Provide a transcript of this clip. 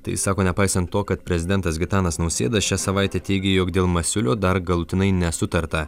tai sako nepaisant to kad prezidentas gitanas nausėda šią savaitę teigė jog dėl masiulio dar galutinai nesutarta